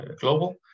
Global